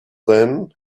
then